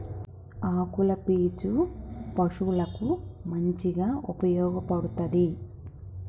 ఆకుల పీచు పశువులకు మంచిగా ఉపయోగపడ్తది